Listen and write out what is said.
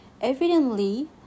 Evidently